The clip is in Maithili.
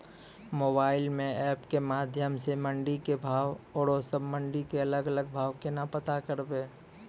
मोबाइल म एप के माध्यम सऽ मंडी के भाव औरो सब मंडी के अलग अलग भाव केना पता करबै?